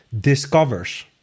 discovers